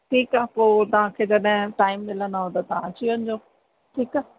ठीकु आहे पोइ तव्हांखे जॾहिं टाइम मिलंदव त तव्हां अची वञिजो ठीकु आहे